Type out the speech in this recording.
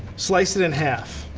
slice it in half.